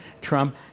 trump